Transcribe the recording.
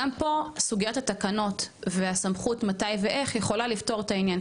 גם פה סוגיית התקנות והסכמות מתי ואיך יכולה לפתור את העניין.